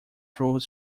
through